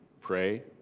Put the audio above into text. pray